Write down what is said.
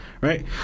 right